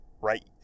right